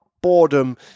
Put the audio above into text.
boredom